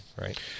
right